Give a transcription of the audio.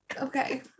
Okay